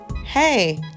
hey